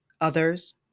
others